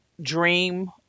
dream